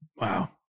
Wow